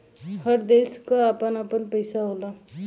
हर देश क आपन आपन पइसा होला